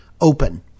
open